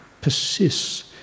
persists